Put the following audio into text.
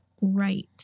right